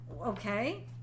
okay